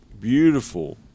beautiful